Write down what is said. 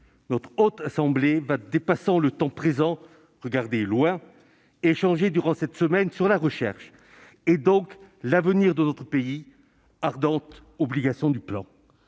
la Haute Assemblée va dépasser le temps présent pour regarder loin, et échanger durant cette semaine sur la recherche, c'est-à-dire l'avenir de notre pays, ardente obligation du plan.